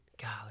Golly